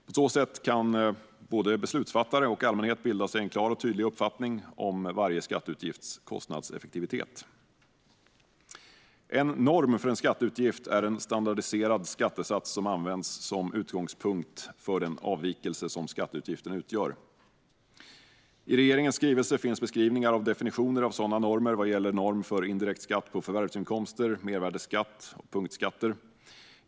På så sätt kan både beslutsfattare och allmänhet bilda sig en klar och tydlig uppfattning om varje skatteutgifts kostnadseffektivitet. En norm för en skatteutgift är en standardiserad skattesats som används som utgångspunkt för den avvikelse som skatteutgiften utgör. I regeringens skrivelse finns beskrivningar av definitioner av sådana normer vad gäller norm för indirekt skatt på förvärvsinkomster, mervärdesskatt och punktskatter.